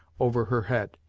over her head.